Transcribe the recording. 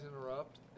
interrupt